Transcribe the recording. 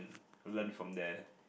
learn from there